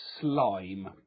slime